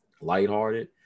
lighthearted